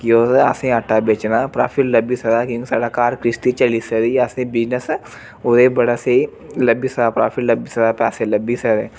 कि ओह्दा असेंगी आटा बेचना प्राफिट लब्भी सकदा क्योंकि साढ़ा घर घ्रिस्ती चली सकदी ते असेंगी बिज़नस ओहदे च बड़ा स्हेई लब्भी सकदा प्राफिट लब्भी सकदा पैसे लब्भी सकदे